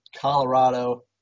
Colorado